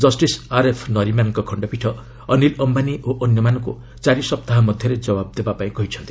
justice R F ନରିମାନ୍ଙ୍କ ଖଣ୍ଡପୀଠ ଅନୀଲ ଅମ୍ଘାନୀ ଓ ଅନ୍ୟମାନଙ୍କୁ ଚାରିସପ୍ତାହ ମଧ୍ୟରେ ଜବାବ ଦେବାକୁ କହିଛନ୍ତି